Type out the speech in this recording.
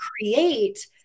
create